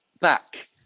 back